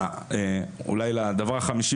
זה הדבר החמישי